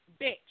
bitch